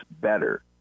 better